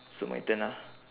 so my turn ah